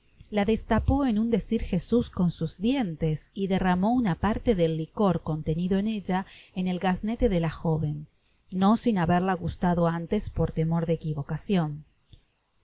ía destapó en un decir jesus con sus dientes y derramó una parte del licor contenido en ella en el gaznate de la joven no sin haberla gustado antes por temor de equivocacion